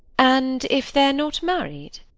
and if they're not married?